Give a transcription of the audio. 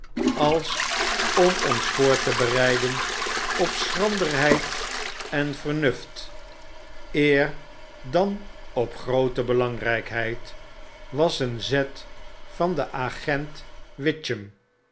als om ons voor te bereiden op schranderheid en vernuft eer dan op groote belangrykheid was een zetvanden agent witchem